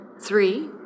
Three